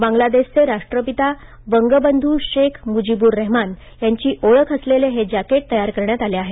बांगलादेशचे राष्ट्रपिता बंगबधू शेख मुजिबुर रेहमान यांची ओळख असलेल्या हे जॅकेट तयार करण्यात आले आहेत